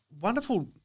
wonderful